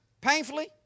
painfully